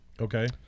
Okay